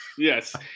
Yes